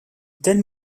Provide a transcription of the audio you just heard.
telle